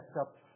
up